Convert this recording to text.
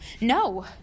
No